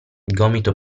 gomito